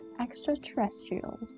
extraterrestrials